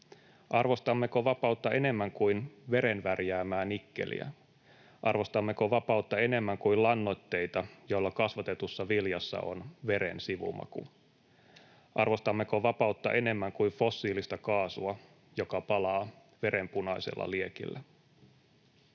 Arvostammeko vapautta enemmän kuin veren värjäämää nikkeliä? Arvostammeko vapautta enemmän kuin lannoitteita, joilla kasvatetussa viljassa on veren sivumaku? Arvostammeko vapautta enemmän kuin fossiilista kaasua, joka palaa verenpunaisella liekillä?